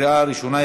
בקריאה ראשונה.